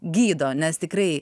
gydo nes tikrai